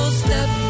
step